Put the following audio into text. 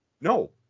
No